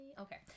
Okay